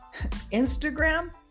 Instagram